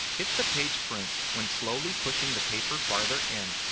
if the page prints when slowly pushing the paper farther in,